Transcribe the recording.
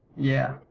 yeah,